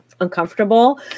uncomfortable